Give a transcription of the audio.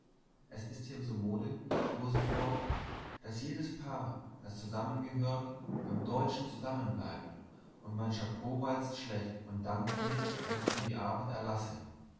es ist hier so mode fuhr sie fort daß jedes paar das zusammen gehört beim deutschen zusammenbleibt und mein chapeau walzt schlecht und dankt mir's wenn ich ihm die arbeit erlasse